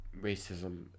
racism